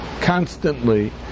constantly